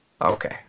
Okay